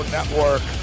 Network